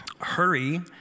hurry